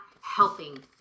helping